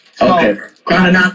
Okay